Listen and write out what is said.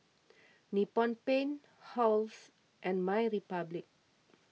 Nippon Paint Halls and My Republic